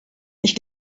ich